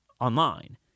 online